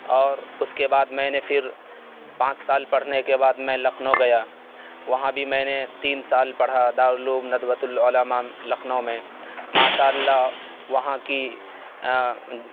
اور اس کے بعد میں نے پھر پانچ سال پڑھنے کے بعد میں لکھنؤ گیا وہاں بھی میں نے تین سال پڑھا دارالعلوم ندوۃ العلما لکھنؤ میں ماشاء اللہ وہاں کی